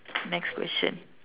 next question